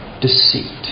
Deceit